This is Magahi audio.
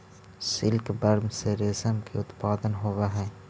सिल्कवर्म से रेशम के उत्पादन होवऽ हइ